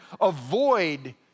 avoid